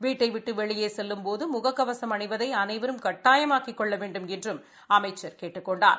வீட்டை விட்டு வெளியே செல்லும்போது முக கவசம் அணிவதை அனைவரும் கட்டாயமாக்கிக் கொள்ள வேண்டுமென்றும் அமைச்சர் கேட்டுக் கொண்டார்